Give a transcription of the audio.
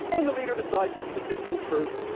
and the leader decides which of the two comes first,